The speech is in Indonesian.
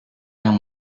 yang